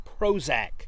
Prozac